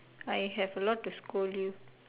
I have a lot to scold you